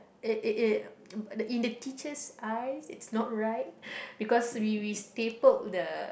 it it it in the teacher's eyes it's not right because we we stapled the